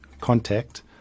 contact